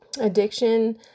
Addiction